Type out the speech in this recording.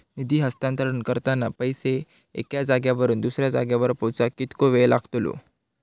निधी हस्तांतरण करताना पैसे एक्या जाग्यावरून दुसऱ्या जाग्यार पोचाक कितको वेळ लागतलो?